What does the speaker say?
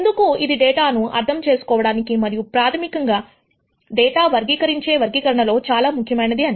ఎందుకు ఇది డేటాను అర్థం చేసుకోవటానికి మరియు ప్రాథమికంగా డేటా వర్గీకరించే వర్గీకరణ చాలా ముఖ్యమైనది